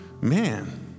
Man